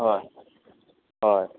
हय हय